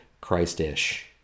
Christ-ish